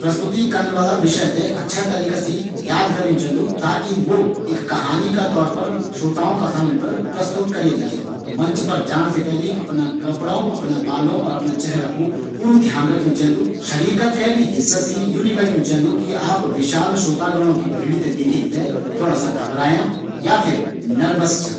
प्रस्तुति करना वाला विषय थें अच्छा तरीका से याद करियूँ चैन्दु ताकी वू एक कहानी की तरह श्रोताओं का सामणे प्रस्तुत करै जै सको। मंच और जाण से पैली अफणा कपड़ों, बालों और चेहरा कू पूरु ध्यान रखयूँ चैन्दु। शरीर का कै भी हिस्सा से यू नी लगयूँ चैन्दु कि श्रोताओं की विशाल संख्या देखिक थें आप थोड़ा सा घबरायां या नर्वस छन।